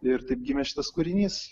ir taip gimė šitas kūrinys